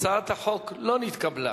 הצעת החוק לא נתקבלה.